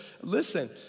listen